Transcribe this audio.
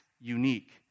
unique